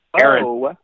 Aaron